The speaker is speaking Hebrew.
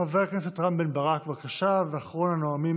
חבר הכנסת רם בן ברק, בבקשה, ואחרון הנואמים